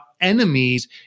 enemies